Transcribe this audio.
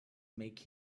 make